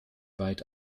weit